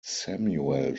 samuel